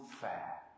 fair